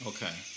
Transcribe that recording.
Okay